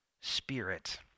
spirit